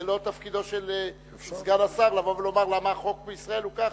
זה לא תפקידו של סגן השר לבוא ולומר למה החוק בישראל הוא ככה,